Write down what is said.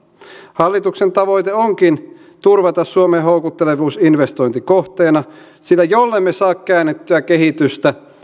hallituksen tavoite onkin turvata suomen houkuttelevuus investointikohteena sillä jollemme saa käännettyä kehitystä